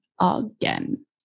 again